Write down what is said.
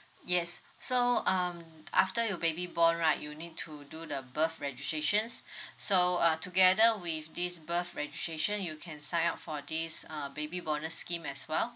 yes so um after you baby born right you'll need to do the birth registrations so uh together with this birth registration you can sign up for this uh baby bonus scheme as well